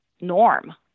norm